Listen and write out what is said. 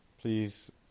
Please